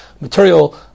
material